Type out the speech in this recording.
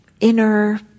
inner